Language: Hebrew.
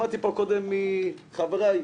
לקיים דיון כבר בתקופה הזאת.